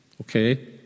okay